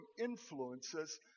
influences